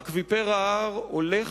אקוויפר ההר הולך